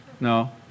No